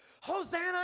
Hosanna